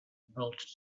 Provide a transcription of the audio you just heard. emerald